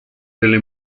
delle